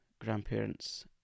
grandparents